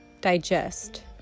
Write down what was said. digest